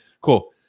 Cool